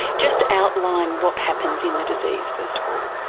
just outline what happens in the disease, first of all.